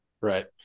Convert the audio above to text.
Right